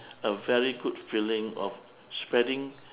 a very good feeling of spreading